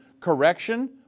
correction